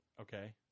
Okay